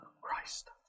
Christ